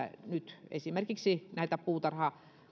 nyt esimerkiksi puutarha